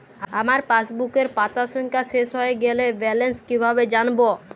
আমার পাসবুকের পাতা সংখ্যা শেষ হয়ে গেলে ব্যালেন্স কীভাবে জানব?